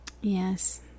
Yes